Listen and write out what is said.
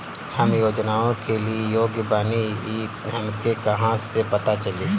हम योजनाओ के लिए योग्य बानी ई हमके कहाँसे पता चली?